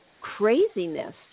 craziness